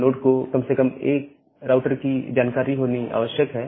node को कम से कम1 राउटर की जानकारी होनी आवश्यक है